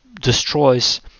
destroys